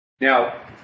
now